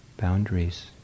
boundaries